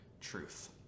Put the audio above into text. truth